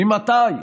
ממתי?